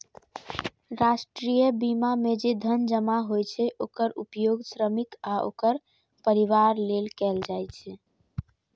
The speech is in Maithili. राष्ट्रीय बीमा मे जे धन जमा होइ छै, ओकर उपयोग श्रमिक आ ओकर परिवार लेल कैल जाइ छै